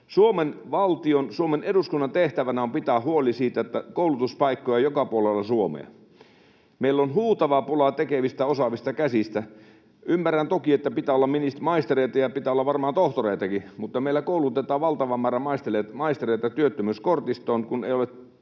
Suomen eduskunnan tehtävänä on pitää huoli siitä, että koulutuspaikkoja on joka puolella Suomea. Meillä on huutava pula tekevistä, osaavista käsistä. Ymmärrän toki, että pitää olla maistereita ja pitää olla varmaan tohtoreitakin, mutta kun meillä koulutetaan valtava määrä maistereita työttömyyskortistoon, kun ei ole sopivia